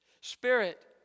Spirit